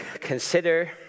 consider